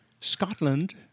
Scotland